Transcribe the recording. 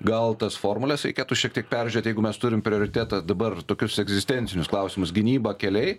gal tas formules reikėtų šiek tiek peržiūrėt jeigu mes turim prioritetą dabar tokius egzistencinius klausimus gynyba keliai